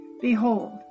Behold